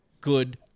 good